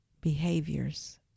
behaviors